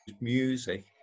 music